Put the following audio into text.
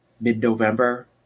mid-November